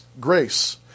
grace